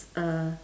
uh